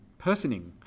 personing